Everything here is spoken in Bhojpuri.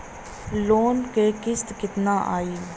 लोन क किस्त कितना आई?